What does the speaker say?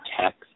text